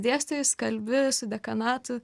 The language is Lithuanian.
dėstytojus kalbi su dekanatu